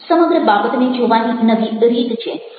સમગ્ર બાબતને જોવાની નવી રીત છે